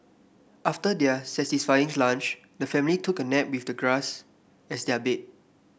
after their satisfying lunch the family took a nap with the grass as their bed